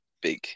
big